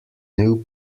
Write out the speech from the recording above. new